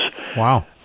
Wow